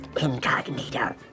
incognito